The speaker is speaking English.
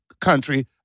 country